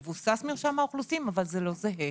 זה לא נתוני מרשם האוכלוסין מבוסס עליהם אך זה לא זהה.